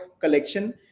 collection